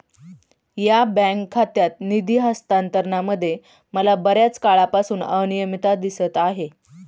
या बँक खात्यात निधी हस्तांतरणामध्ये मला बर्याच काळापासून अनियमितता दिसत आहे